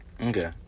Okay